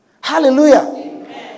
Hallelujah